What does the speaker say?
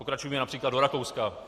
Pokračujme například do Rakouska.